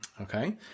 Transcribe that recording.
Okay